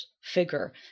figure